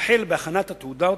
שיחל בהכנת התעודות,